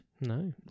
No